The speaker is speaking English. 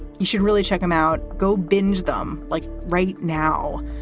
you should really check them out, go binge them like right now.